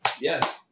yes